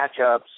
matchups